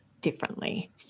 differently